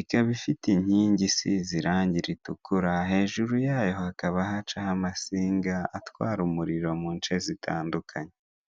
ikaba ifit inkingi isize irangi ritukura, hejuru yaho hakaba hacaho amasinga atwara umuriro mu nce zitandukanye.